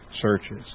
searches